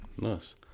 Nice